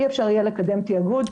אי אפשר יהיה לקדם תאגוד,